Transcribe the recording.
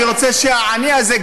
אני רוצה שהעני הזה,